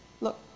Look